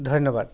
ধন্যবাদ